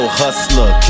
hustler